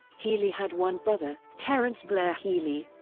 healey had one brother, terence blair healey,